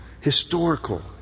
Historical